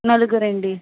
నలుగురు అండి